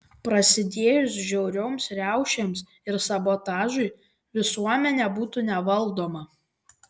prasidėjus žiaurioms riaušėms ir sabotažui visuomenė būtų nevaldoma